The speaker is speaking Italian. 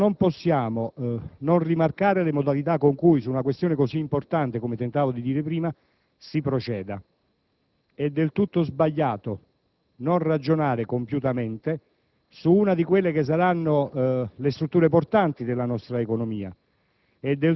però non possiamo non rimarcare le modalità con cui si procede su una questione così importante, come ho già sottolineato. È del tutto sbagliato non ragionare compiutamente su una di quelle che saranno le strutture portanti della nostra economia.